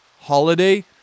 holiday